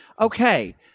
okay